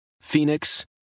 Phoenix